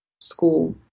school